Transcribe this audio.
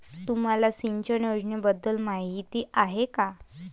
तुम्हाला सिंचन योजनेबद्दल माहिती आहे का?